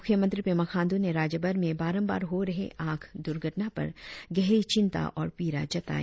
मुख्यमंत्री पेमा खांडू ने राज्यभर में बारमबार हो रहे आग दुर्घटना पर गहरी चिंता और पीड़ा जताई